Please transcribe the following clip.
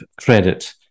credit